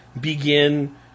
begin